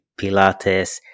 pilates